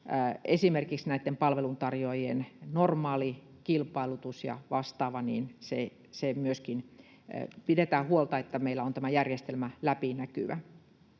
esimerkiksi näitten palveluntarjoajien normaali kilpailutus ja vastaava ja pidetään myöskin huolta, että meillä tämä järjestelmä on läpinäkyvä.